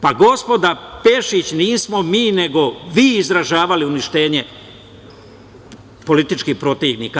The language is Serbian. Pa gospođo Pešić, nismo mi, nego vi izražavali uništenje političkih protivnika.